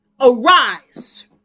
arise